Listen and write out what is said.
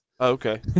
okay